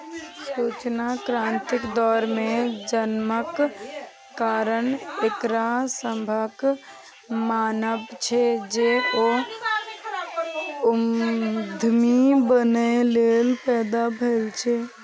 सूचना क्रांतिक दौर मे जन्मक कारण एकरा सभक मानब छै, जे ओ उद्यमी बनैए लेल पैदा भेल छै